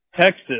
Texas